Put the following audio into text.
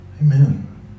Amen